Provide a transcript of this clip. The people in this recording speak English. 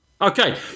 Okay